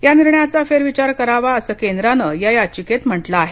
या निर्णयाचा फेरविचार करावा असं केंद्राने या याचिकेत म्हटलं आहे